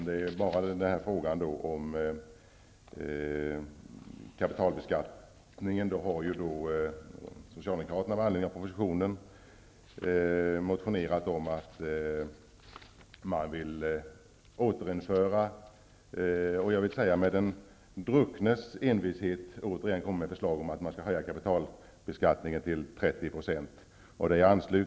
Det är bara i frågan om kapitalbeskattningen som socialdemokraterna har reserverat sig och återigen -- med den drucknes envishet, vill jag säga -- kommer med förslag om att höja skattesatsen till 30 %.